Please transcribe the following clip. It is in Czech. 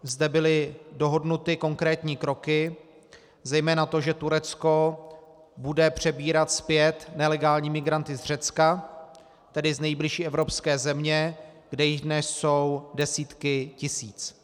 Zde byly dohodnuty konkrétní kroky, zejména to, že Turecko bude přebírat zpět nelegální migranty z Řecka, tedy z nejbližší evropské země, kde jich dnes jsou desítky tisíc.